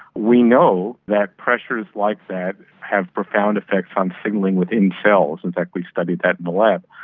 we know that pressures like that have profound effects on signalling within cells, in fact we studied that in the lab,